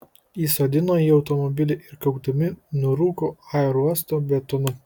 įsodino į automobilį ir kaukdami nurūko aerouosto betonu